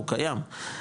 הוא קיים.